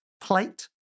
plate